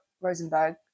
rosenberg